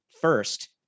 First